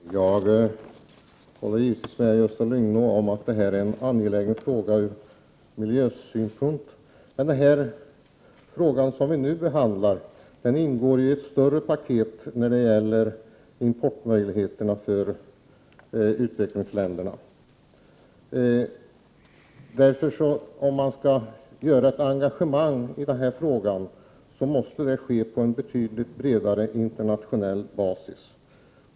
Fru talman! Jag håller givetvis med Gösta Lyngå om att detta är en angelägen fråga ur miljösynpunkt. Men den fråga som vi nu behandlar ingår i ett större sammanhang i vad avser exportmöjligheter för utvecklingsländerna. Om man skall ta ett initiativ i den här frågan, måste det ske på en betydligt bredare internationell basis.